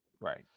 Right